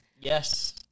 yes